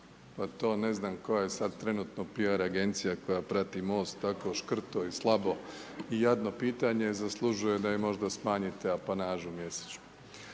Pa to ne znam koja je sad trenutno PR agencija koja prati MOST tako škrto i slabo i jadno pitanje zaslužuje da im možda smanjite apanažu mjesečnu.